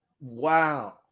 Wow